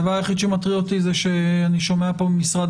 הדבר היחיד שמטריד אותי זה שאני שומע פה ממשרד